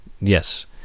Yes